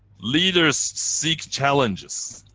leaders seek challenges.